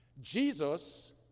Jesus